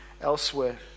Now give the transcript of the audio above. elsewhere